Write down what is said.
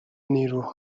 نیروهای